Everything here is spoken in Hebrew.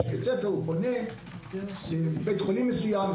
יש בית ספר, הוא פונה לבית חולים מסוים.